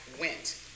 went